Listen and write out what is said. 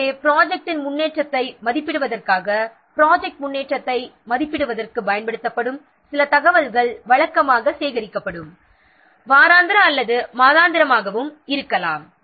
எனவே ப்ராஜெக்ட்டின் முன்னேற்றத்தை மதிப்பிடுவதற்காக ப்ராஜெக்ட் முன்னேற்றத்தை மதிப்பிடுவதற்கு சில தகவல்கள் வழக்கமாக சேகரிக்கப்படும் வாராந்திர அல்லது மாதாந்திரமாகவும் இருக்கலாம்